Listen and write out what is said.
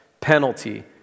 penalty